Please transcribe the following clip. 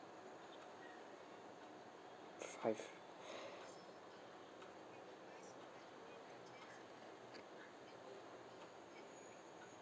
five